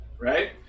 right